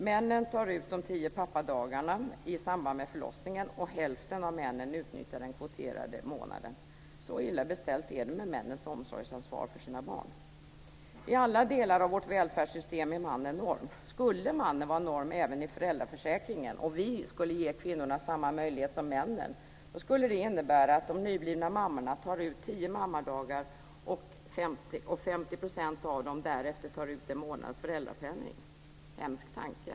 Männen tar ut de tio pappadagarna i samband med förlossningen, och hälften av männen utnyttjar den kvoterade månaden. Så illa är det beställt med männens omsorgsansvar för sina barn. I alla delar av vårt välfärdssystem är mannen norm. Skulle mannen vara norm även i föräldraförsäkringen - och vi skulle ge kvinnorna samma möjligheter som männen - skulle det innebära att de nyblivna mammorna skulle ta ut tio mammadagar och att 50 % av dem därefter tar ut en månads föräldrapenning. Hemsk tanke?